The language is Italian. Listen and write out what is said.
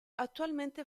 attualmente